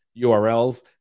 urls